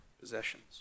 possessions